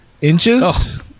Inches